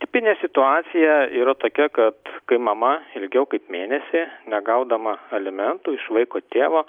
tipinė situacija yra tokia kad kai mama ilgiau kaip mėnesį negaudama alimentų iš vaiko tėvo